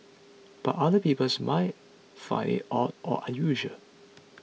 but other peoples might find it odd or unusual